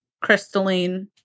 crystalline